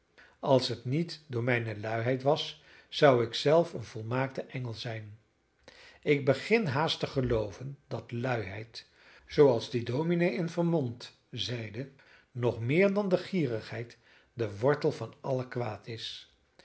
als het niet door mijne luiheid was zou ik zelf een volmaakte engel zijn ik begin haast te gelooven dat luiheid zooals die dominee in vermont zeide nog meer dan de gierigheid de wortel van alle kwaad is